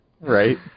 Right